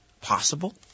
possible